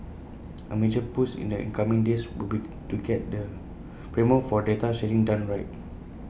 A major push in the incoming days would be to get the framework for data sharing done right